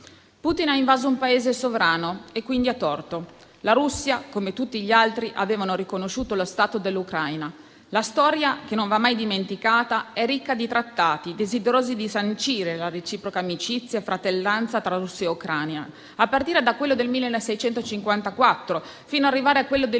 Putin ha invaso un Paese sovrano e quindi ha torto. La Russia, come tutti gli altri, aveva riconosciuto lo Stato dell'Ucraina. La storia, che non va mai dimenticata, è ricca di trattati, desiderosi di sancire la reciproca amicizia e fratellanza tra Russia e Ucraina, a partire da quello del 1654, fino a arrivare a quello del